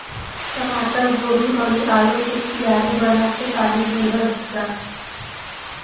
टमाटर, गोभी अउरी आलू के कियारी बना के पानी दिहल जाला